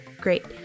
Great